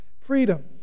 freedom